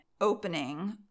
opening